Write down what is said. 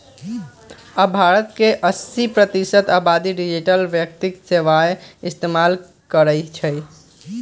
अब भारत के अस्सी प्रतिशत आबादी डिजिटल वित्तीय सेवाएं इस्तेमाल करई छई